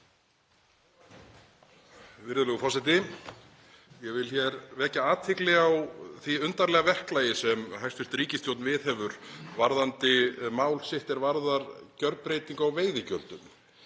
Virðulegur forseti. Ég vil hér vekja athygli á því undarlega verklagi sem hæstv. ríkisstjórn viðhefur varðandi mál sitt er varðar gjörbreytingu á veiðigjöldum.